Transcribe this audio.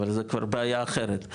אבל זה כבר בעיה אחרת,